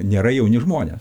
nėra jauni žmonės